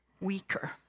weaker